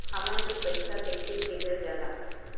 हमन के पईसा कइसे भेजल जाला?